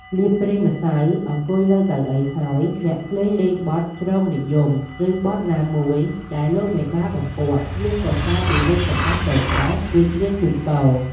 លាបប្រេងម្សៅអង្គុយលើកៅអីហើយ អ្នកភ្លេងលេង បទជ្រងនិយម ឬបទណាមួយដែលលោកមេបាបង្គាប់។ ច្រៀងសរសើរពីរូបសម្បត្តិ កូនប្រុស រួចច្រៀងជូនពរ ។